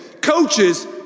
Coaches